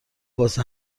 واسه